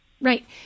Right